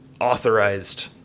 authorized